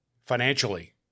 Financially